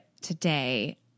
today